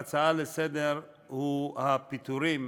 בהצעה לסדר-היום הוא הפיטורים